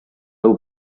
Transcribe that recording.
over